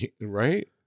Right